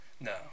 No